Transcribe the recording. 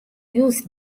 used